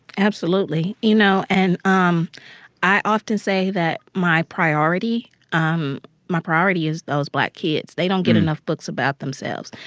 absolutely. you know, and um i often say that my priority um my priority is those black kids. they don't get enough books about themselves.